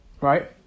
Right